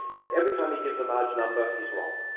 and every time he gives a large number he's wrong.